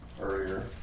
earlier